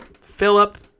philip